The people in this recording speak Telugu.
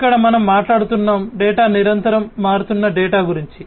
ఇక్కడ మనం మాట్లాడుతున్నాం డేటా నిరంతరం మారుతున్న డేటా గురించి